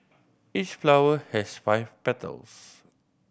each flower has five petals